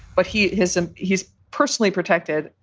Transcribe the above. but he has he's personally protected.